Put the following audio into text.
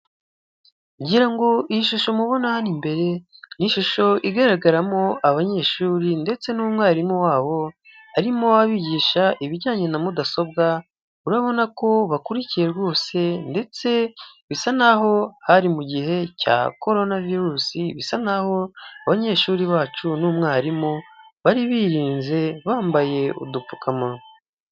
Ngira ngo iyi shusho mubona hano imbere, ni ishusho igaragaramo abanyeshuri ndetse n'umwarimu wabo, arimo abigisha ibyijyanye na mudasobwa, urabona ko bakurikiye rwose ndetse bisa naho hari mu gihe cya korona virusi, bisa naho abanyeshuri bacu n'umwarimu, bari birinze bambaye udupfukamunwa.